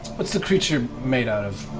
what's the creature made out of?